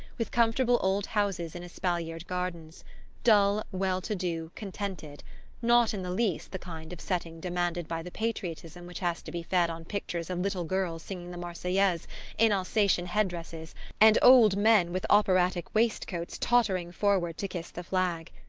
with comfortable old houses in espaliered gardens dull, well-to-do, contented not in the least the kind of setting demanded by the patriotism which has to be fed on pictures of little girls singing the marseillaise in alsatian head-dresses and old men with operatic waistcoats tottering forward to kiss the flag.